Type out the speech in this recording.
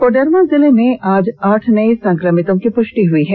कोडरमा जिले में आज आठ नये संक्रमितों की पृष्टि हुई है